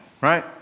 right